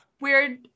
Weird